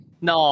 No